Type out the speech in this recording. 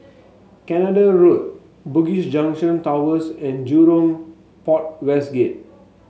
Canada Road Bugis Junction Towers and Jurong Port West Gate